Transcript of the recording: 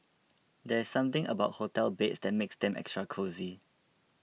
there's something about hotel beds that makes them extra cosy